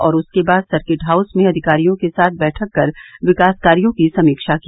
और उसके बाद सर्किट हाउस में अधिकारियों के साथ बैठक कर विकास कार्यो की समीक्षा की